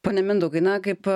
pone mindaugai na kaip